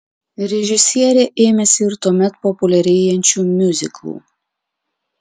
režisierė ėmėsi ir tuomet populiarėjančių miuziklų